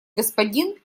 господин